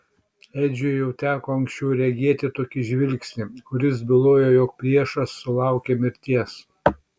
edžiui jau teko anksčiau regėti tokį žvilgsnį kuris bylojo jog priešas sulaukė mirties